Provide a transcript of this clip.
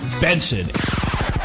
Benson